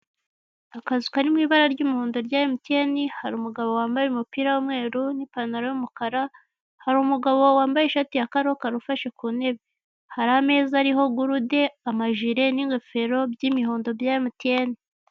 Akazu kari mwibara ry'umuhondo ry'emutiyeni, hari umugabo wambaye umupira w'umweru n'ipantaro y'umukara hari umugabo wambaye ishati ya karokaro ufashe ku nebe hari ameza ariho gurude, amajire n'ingofero biri mwibara ry'umuhondo ry'emutiyeni.